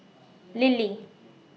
Lily